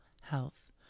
health